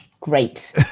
Great